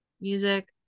music